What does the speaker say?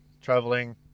traveling